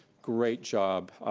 great job.